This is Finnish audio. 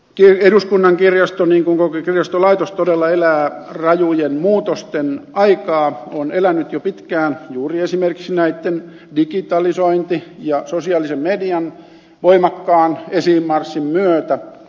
eduskunnan kirjasto niin kuin koko kirjastolaitos todella elää rajujen muutosten aikaa on elänyt jo pitkään juuri esimerkiksi digitalisoinnin ja sosiaalisen median voimakkaan esiinmarssin myötä